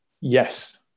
yes